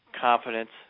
confidence